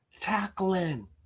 Tackling